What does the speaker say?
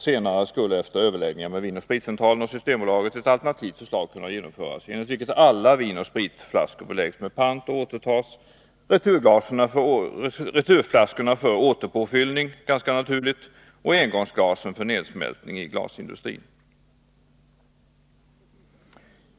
Senare skulle efter överläggningar med Vin & Spritcentralen och Systembolaget ett alternativt förslag kunna genomföras, enligt vilket alla vinoch spritflaskor beläggs med pant och återtas, returflaskorna för återpåfyllning — ganska naturligt — och engångsglasen för nedsmältning i glasindustrin.